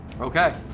Okay